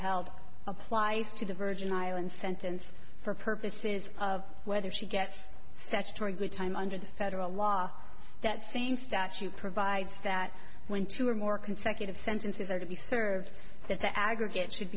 held applies to the virgin islands sentence for purposes of whether she gets statutory time under the federal law that same statute provides that when two or more consecutive sentences are to be served that the aggregate should